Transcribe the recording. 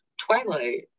Twilight